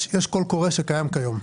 יש קול קורא שקיים כיום.